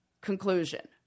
conclusion